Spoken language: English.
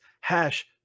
hash